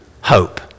hope